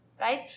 right